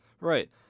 Right